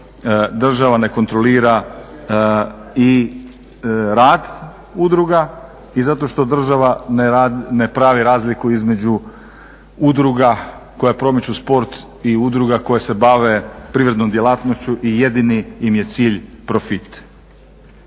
država ne kontrolira i rad udruga i zato što država ne pravi razliku između udruga koje promiču sport i udruga koje se bave privrednom djelatnošću i jedini im je cilj profit.